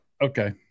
Okay